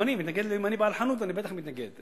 גם אני מתנגד, אם אני בעל חנות אני בטח מתנגד.